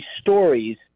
stories